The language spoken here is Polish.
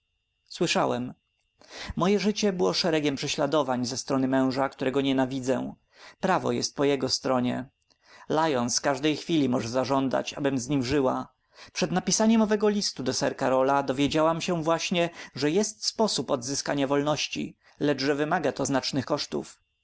słyszałem moje życie było szeregiem prześladowań ze strony męża którego nienawidzę prawo jest po jego stronie lyons każdej chwili może zażądać abym z nim żyła przed napisaniem owego listu do sir karola dowiedziałam się właśnie że jest sposób odzyskania wolności lecz że wymaga to znacznych kosztów